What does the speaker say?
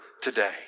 today